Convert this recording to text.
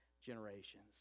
generations